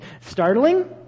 Startling